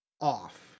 off